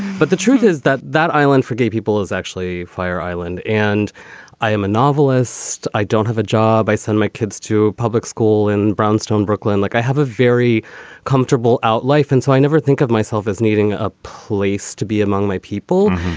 but the truth is that that island for gay people is actually fire island and i am a novelist. i don't have a job i send my kids to public school in brownstone brooklyn. like i have a very comfortable out life and so i never think of myself as needing a place to be among my people.